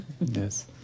Yes